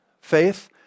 faith